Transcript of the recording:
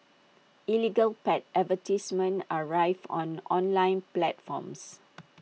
illegal pet advertisements are rife on online platforms